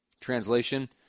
Translation